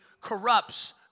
corrupts